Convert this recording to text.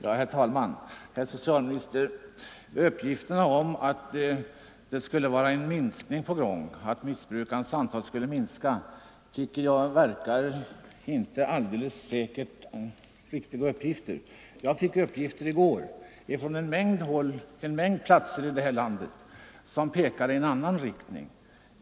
Herr talman! Uppgifterna om att narkotikamissbrukarnas antal har minskat tycker jag inte verkar riktiga, herr socialminister. Jag fick i går uppgifter från ett stort antal platser här i landet, och de pekar i annan riktning.